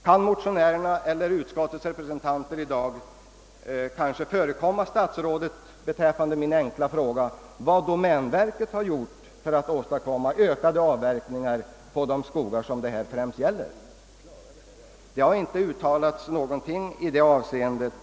Kanske motionärerna eller utskottsmajoritetens representanter i dag kan förekomma statsrådet och svara på min enkla fråga, vad domänverket har gjort för att åstadkomma ökad avverkning på de skogar som det främst gäller här. Motionärerna har inte uttalat någonting i det avseendet.